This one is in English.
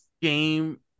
game